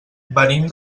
venim